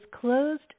closed